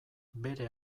bere